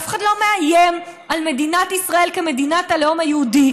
אף אחד לא מאיים על מדינת ישראל כמדינת הלאום היהודי.